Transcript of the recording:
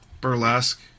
Burlesque